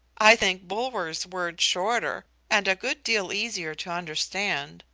i think bulwer's word shorter, and a good deal easier to understand,